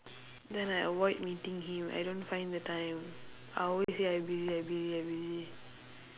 then I avoid meeting him I don't find the time I always say I busy I busy I busy